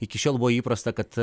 iki šiol buvo įprasta kad